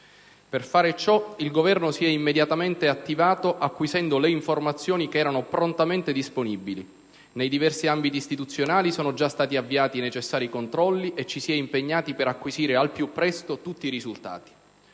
Per fare ciò il Governo si è immediatamente attivato acquisendo le informazioni che erano prontamente disponibili; nei diversi ambiti istituzionali sono stata già avviati i necessari controlli e ci si è impegnati per acquisire al più presto tutti i risultati.